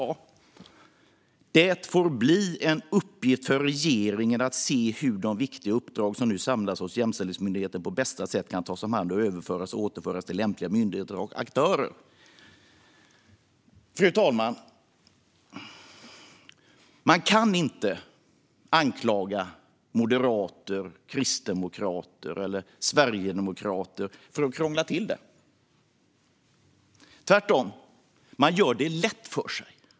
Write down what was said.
Jag upprepar: "Det får bli en uppgift för regeringen att se över hur de viktiga uppdrag som nu samlats hos Jämställdhetsmyndigheten på bästa sätt kan tas om hand och överföras och återföras till lämpliga myndigheter och aktörer." Fru talman! Man kan inte anklaga moderater, kristdemokrater eller sverigedemokrater för att krångla till det. Tvärtom gör man det lätt för sig.